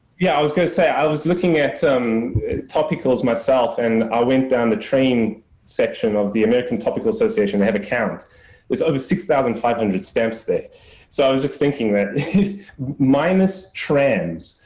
yeah, i was gonna say, i was looking at um topicals myself, and i went down the train section of the american topical association to have a count, there's over six thousand five hundred steps there. so i was just thinking that minus trends,